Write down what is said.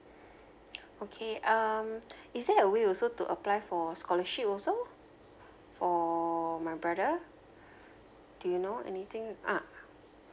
okay um is there a way also to apply for scholarship also for my brother do you know anything ah